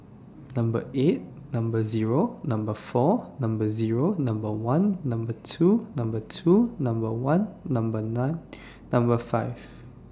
Number eight Number Zero Number four Number Zero Number one Number two Number two Number one Number nine Number five